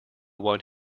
one